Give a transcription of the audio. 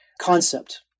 concept